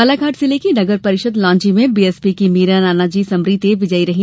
बालाघाट जिले की नगर परिषद लांजी में बीएसपी की मीरा नानाजी समरीते विजयी रहीं